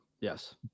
Yes